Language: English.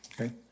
Okay